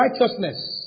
righteousness